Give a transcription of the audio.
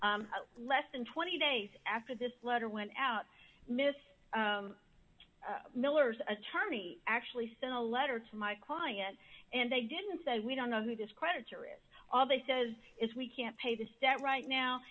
s less than twenty days after this letter went out miss miller's attorney actually sent a letter to my client and they didn't say we don't know who this creditor is all they says is we can't pay this debt right now